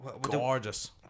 gorgeous